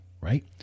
right